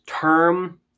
term